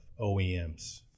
OEMs